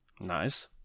Nice